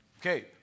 Okay